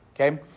Okay